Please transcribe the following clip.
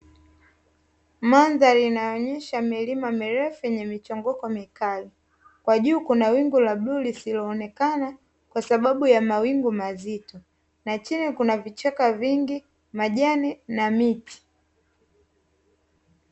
Mandhari inayo onyesha milima mirefu yenye michongoko mikali, Kwa juu kuna wingu la bluu lisilo onekana kwa sababu ya mawingu mazito na chini kuna Vichaka vingi majani na miti.